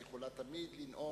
את יכולה תמיד לנאום,